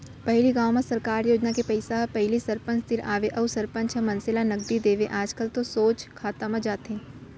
पहिली गाँव में सरकार योजना के पइसा ह पहिली सरपंच तीर आवय अउ सरपंच ह मनसे ल नगदी देवय आजकल तो सोझ खाता म जाथे